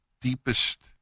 deepest